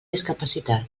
discapacitat